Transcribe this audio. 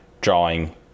drawing